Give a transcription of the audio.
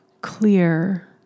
clear